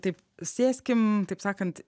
taip sėskim taip sakant